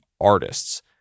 artists